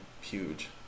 huge